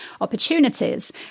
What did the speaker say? opportunities